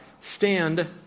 stand